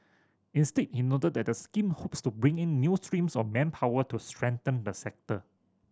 instead he noted that the scheme hopes to bring in new streams of manpower to strengthen the sector